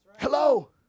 Hello